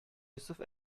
йосыф